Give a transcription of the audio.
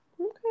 Okay